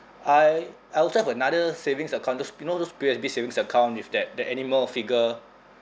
I I also have another savings account those you know those P_O_S_B savings account with that the animal figure